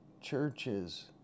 churches